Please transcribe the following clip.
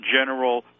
general